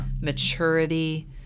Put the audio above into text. maturity